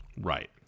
right